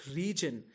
region